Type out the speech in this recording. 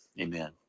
Amen